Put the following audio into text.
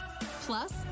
Plus